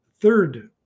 third